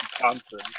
johnson